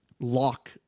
lock